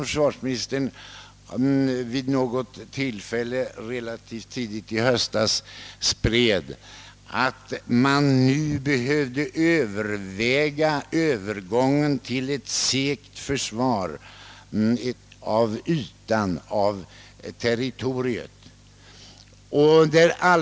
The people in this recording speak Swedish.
Försvarsministern spred vid något tillfälle relativt tidigt i höstas uppgiften att man nu måste överväga en övergång till ett segt försvar av territoriets yta.